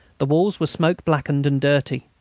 the walls were smoke-blackened and dirty.